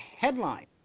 headline